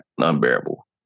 unbearable